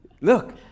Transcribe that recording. Look